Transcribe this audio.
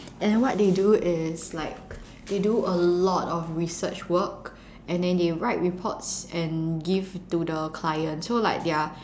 and what they do is like they do a lot of research work and then they write reports and give to the clients so like their